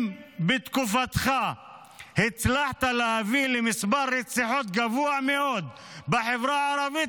אם בתקופתך הצלחת להביא למספר רציחות גבוה מאוד בחברה הערבית,